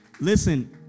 Listen